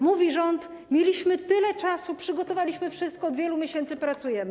Mówi rząd: mieliśmy tyle czasu, przygotowaliśmy wszystko, od wielu miesięcy pracujemy.